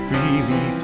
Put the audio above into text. Freely